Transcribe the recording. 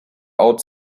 out